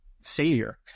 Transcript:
savior